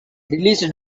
released